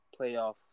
playoff